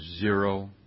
zero